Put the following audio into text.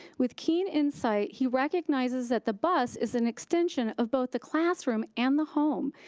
with key insight, he recognizes that the bus is an extension of both the classroom and the home,